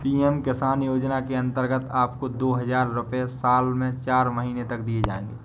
PM Kisan योजना के अंतर्गत आपको दो हज़ार रुपये साल में चार महीने तक दिए जाएंगे